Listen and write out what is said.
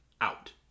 out